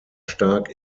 stark